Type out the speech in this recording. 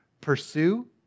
pursue